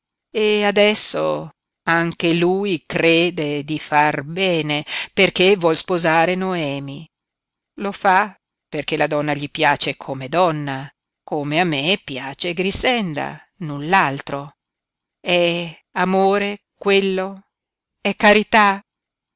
e adesso anche lui crede di far bene perché vuole sposare noemi lo fa perché la donna gli piace come donna come a me piace grixenda null'altro è amore quello è carità